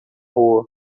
rua